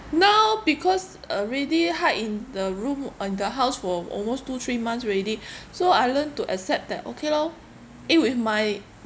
now because already hide in the room in the house for almost two three months already so I learned to accept that okay lor eh with my